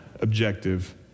objective